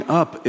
up